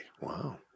Wow